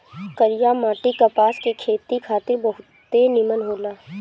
करिया माटी कपास के खेती खातिर बहुते निमन होला